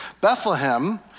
Bethlehem